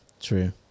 true